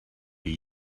the